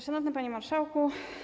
Szanowny Panie Marszałku!